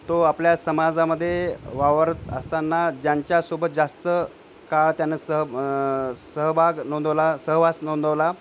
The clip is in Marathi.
तो आपल्या समाजामध्ये वावरत असताना ज्यांच्यासोबत जास्त काळ त्यांना सह सहभाग नोंदवला सहवास नोंदवला